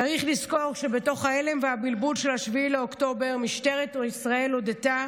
צריך לזכור שבתוך ההלם והבלבול של 7 באוקטובר משטרת ישראל הודתה